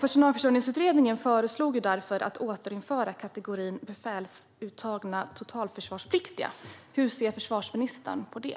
Personalförsörjningsutredningen föreslog därför att återinföra kategorin befälsuttagna totalförsvarspliktiga. Hur ser försvarsministern på det?